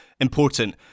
important